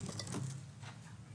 בבקשה.